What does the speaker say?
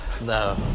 no